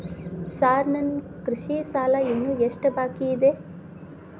Sir ನನ್ನ ಕೃಷಿ ಸಾಲ ಇನ್ನು ಎಷ್ಟು ಬಾಕಿಯಿದೆ?